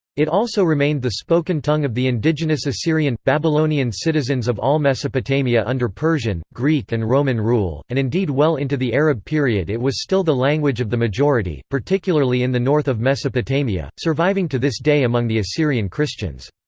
it also remained the spoken tongue of the indigenous assyrian babylonian citizens of all mesopotamia under persian, greek and roman rule, and indeed well into the arab period it was still the language of the majority, particularly in the north of mesopotamia, surviving to this day among the assyrian christians.